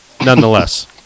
nonetheless